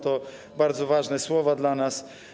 To bardzo ważne słowa dla nas.